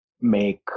make